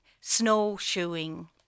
snowshoeing